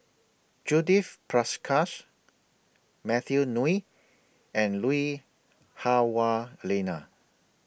Judith Prakash Matthew Ngui and Lui Hah Wah Elena